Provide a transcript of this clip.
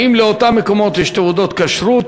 4. האם לאותם מקומות יש תעודות כשרות?